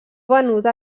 venuda